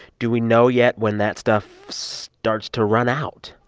do we know yet when that stuff starts to run out?